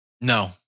No